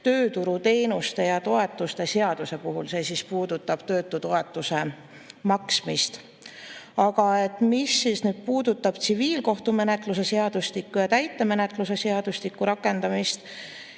tööturuteenuste ja ‑toetuste seaduse puhul. See puudutab töötutoetuse maksmist. Aga mis puudutab tsiviilkohtumenetluse seadustiku ja täitemenetluse seadustiku rakendamist,